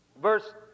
verse